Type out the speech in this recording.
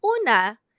Una